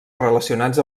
relacionats